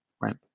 right